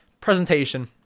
presentation